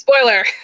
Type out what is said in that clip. Spoiler